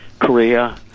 Korea